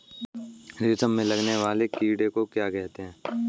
रेशम में लगने वाले कीड़े को क्या कहते हैं?